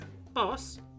Boss